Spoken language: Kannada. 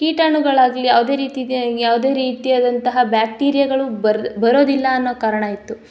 ಕೀಟಾಣುಗಳಾಗಲಿ ಯಾವುದೇ ರೀತಿದು ಯಾವುದೇ ರೀತಿಯಾದಂತಹ ಬ್ಯಾಕ್ಟಿರಿಯಾಗಳು ಬರೋ ಬರೋದಿಲ್ಲ ಅನ್ನೋ ಕಾರಣವಿತ್ತು